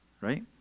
right